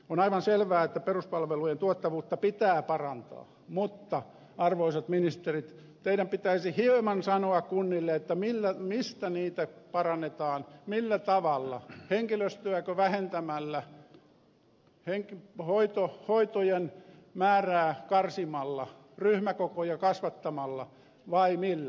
on aivan selvää että peruspalvelujen tuottavuutta pitää parantaa mutta arvoisat ministerit teidän pitäisi hieman sanoa kunnille mistä niitä parannetaan millä tavalla henkilöstöäkö vähentämällä hoitojen määrää karsimalla ryhmäkokoja kasvattamalla vai millä